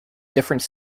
different